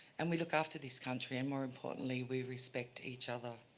and we look after this country, and more importantly, we respect each other.